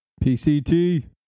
PCT